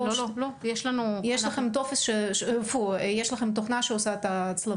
לא, יש לנו --- יש לכם תוכנה שעושה את ההצלבה?